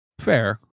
Fair